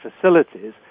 facilities